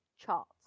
Chart